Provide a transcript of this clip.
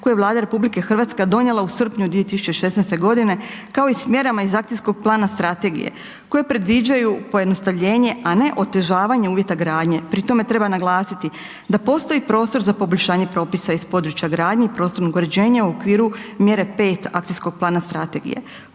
koji je Vlada RH donijela u srpnju 2016. g. kao i s mjerama iz akcijskog plana strategije koje predviđaju pojednostavljenje a ne otežavanje uvjeta gradnje. Pri tome treba naglasiti da postoji prostor za poboljšanje propisa iz područja gradnje i prostornog uređenja u okviru mjere 5. akcijskog plana strategije,